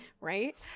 Right